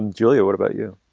and julia, what about you?